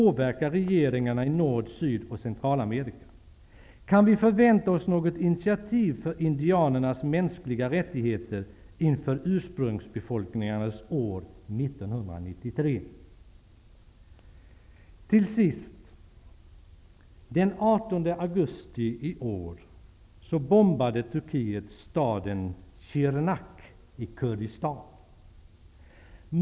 Kan vi förvänta oss något initiativ för indianernas mänskliga rättigheter inför Till sist: Den 18 augusti i år bombade Turkiet staden Sirnak i Kurdistan.